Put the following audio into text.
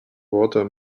water